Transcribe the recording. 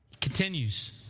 Continues